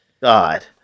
God